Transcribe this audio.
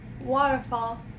Waterfall